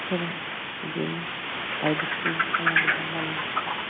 हराव बिदिनो बायदिसिना खामानि दामानि